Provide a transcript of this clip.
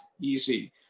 easy